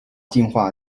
进化